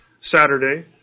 Saturday